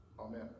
amen